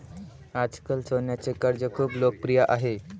आजकाल सोन्याचे कर्ज खूप लोकप्रिय आहे